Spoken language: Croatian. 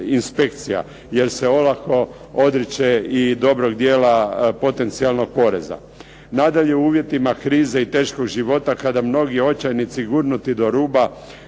inspekcija jer se olako odriče i dobrog dijela potencijalnog poreza. Nadalje, u uvjetima krize i teškog života kada mnogi očajnici gurnuti do ruba